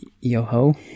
Yo-ho